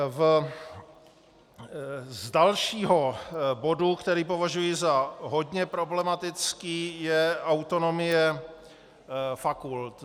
Z dalšího bodu, který považuji za hodně problematický, je autonomie fakult.